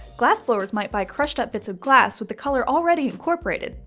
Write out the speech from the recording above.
glassblowers might buy crushed-up bits of glass with the color already incorporated,